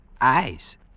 Eyes